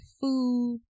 food